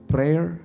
Prayer